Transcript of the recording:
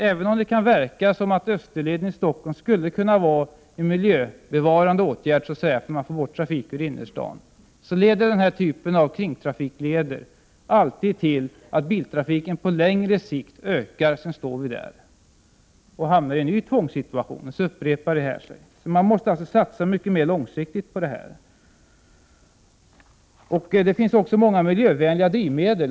Även om det kan verka som om Österleden skulle kunna vara en miljöbevarande åtgärd, eftersom man får bort trafiken från innerstaden, leder denna typ av kringtrafikleder alltid till att biltrafiken på längre sikt ökar. Då står vi där i en ny tvångssituation, och sedan upprepar detta sig. Satsningarna måste alltså vara mycket mer långsiktiga. Det finns också många miljövänliga drivmedel.